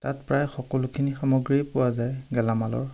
তাত প্ৰায় সকলোখিনি সামগ্ৰীয়ে পোৱা যায় গেলামালৰ